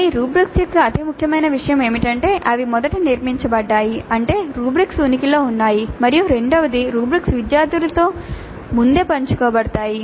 కానీ రుబ్రిక్స్ యొక్క అతి ముఖ్యమైన విషయం ఏమిటంటే అవి మొదట నిర్మించబడ్డాయి అంటే రుబ్రిక్స్ ఉనికిలో ఉన్నాయి మరియు రెండవది రుబ్రిక్స్ విద్యార్థులతో ముందే పంచుకోబడతాయి